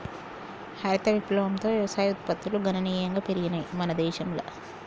హరిత విప్లవంతో వ్యవసాయ ఉత్పత్తులు గణనీయంగా పెరిగినయ్ మన దేశంల